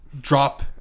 drop